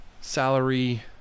salary